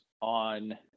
on